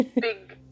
big